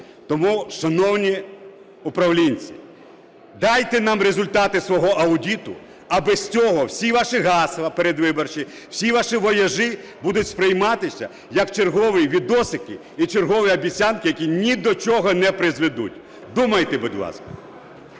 Тому, шановні управлінці, дайте нам результати свого аудиту. А без цього всі ваші гасла передвиборчі, всі ваші вояжі будуть сприйматися, як чергові "відосики" і чергові обіцянки, які ні до чого не призведуть. Думайте, будь ласка.